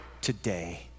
today